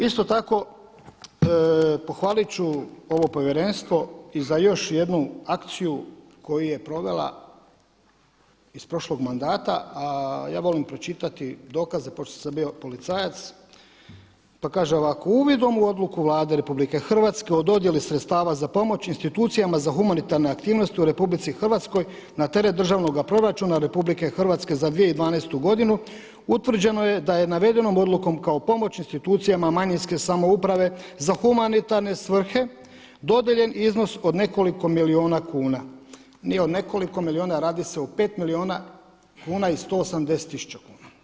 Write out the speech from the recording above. Isto tako, pohvalit ću ovo povjerenstvo i za još jednu akciju koju je provela iz prošlog mandata, ja volim pročitati dokaze pošto sam bio policajac, pa kaže ovako „Uvidom u odluku Vlade RH o dodjeli sredstava za pomoć institucijama za humanitarne aktivnosti u RH na teret državnog proračuna RH za 2012. godinu utvrđeno je da je navedenom odlukom kao pomoć institucijama manjinske samouprave za humanitarne svrhe dodijeljen iznos od nekoliko milijuna kuna.“ Nije od nekoliko milijuna, radi se o 5 milijuna kuna i 180 tisuća kuna.